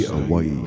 away